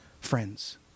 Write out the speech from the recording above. friends